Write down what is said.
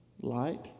light